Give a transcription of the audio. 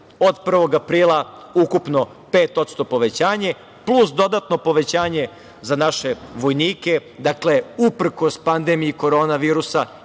od 1. aprila ukupno 5% povećanje, plus dodatno povećanje za naše vojnike, dakle uprkos pandemiji korona virusa